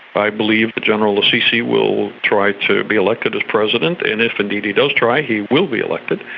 i believe that general al-sisi will try to be elected as president, and if indeed he does try he will be elected.